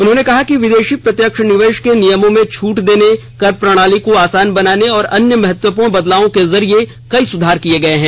उन्होंने कहा कि विदेशी प्रत्यक्ष निवेश के नियमों में छूट देने कर प्रणाली को आसान बनाने और अन्य महत्वपूर्ण बदलावों के जरिए कई सुधार किए गए हैं